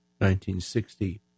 1960